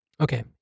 Okay